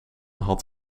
had